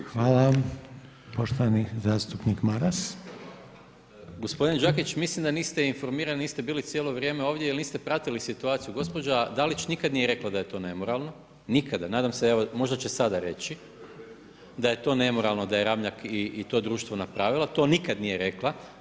Gospodine Đakić, mislim da niste informirali, niste bili cijelo vrijeme ovdje jer niste pratili situaciju, gospođa Dalić nikada nije rekla da je to nemoralno, nikada, nadam se, evo možda će sada reći, da je to nemoralno da je Ramljak i to društvo napravilo, to nikada nije rekla.